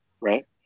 right